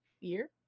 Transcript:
Year